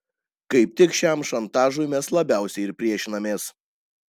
kaip tik šiam šantažui mes labiausiai ir priešinamės